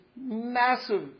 massive